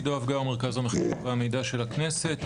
אני ממרכז המחקר והמידע של הכנסת.